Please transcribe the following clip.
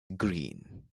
green